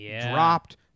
dropped